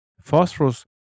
phosphorus